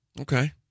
Okay